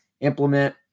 Implement